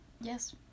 Yes